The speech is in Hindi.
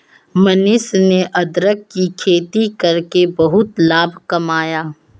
मनीष ने अदरक की खेती करके बहुत लाभ कमाया